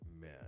Man